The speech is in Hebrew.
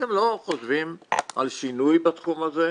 אתם לא חושבים על שינוי בתחום הזה?